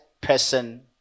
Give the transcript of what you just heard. person